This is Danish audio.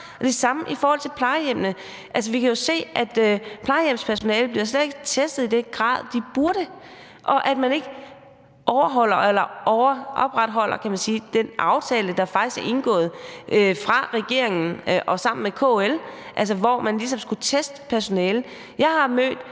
Det samme gælder i forhold til plejehjemmene. Altså, vi kan jo se, at plejehjemspersonalet slet ikke bliver testet i den grad, de burde blive det, og at man ikke overholder eller opretholder, kan man sige, den aftale, der faktisk er indgået mellem regeringen og KL, altså om, at man ligesom skulle teste personalet. Jeg har mødt